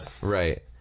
Right